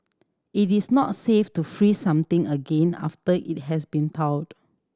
it is not safe to freeze something again after it has been thawed